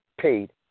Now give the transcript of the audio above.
paid